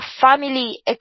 family